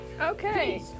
Okay